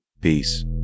Peace